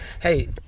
hey